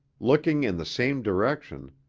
looking in the same direction,